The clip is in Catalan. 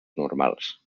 normals